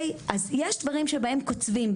אז יש דברים שבהם קוצבים,